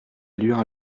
allure